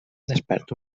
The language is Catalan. desperta